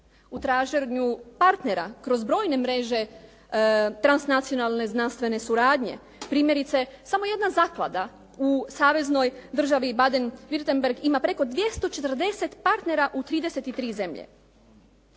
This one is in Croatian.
u traženju partnera kroz brojne mreže transnacionalne znanstvene suradnje. Primjerice, samo jedna zaklada u saveznoj državi …/Govornik se ne razumije./… ima preko 240 partnera u 33 zemlje.